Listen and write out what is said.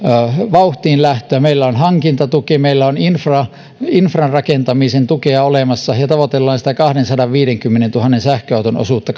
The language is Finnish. vauhtiin lähtöä meillä on hankintatuki meillä on infran rakentamisen tukea olemassa ja tavoitellaan sitä kahdensadanviidenkymmenentuhannen sähköauton osuutta